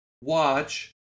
watch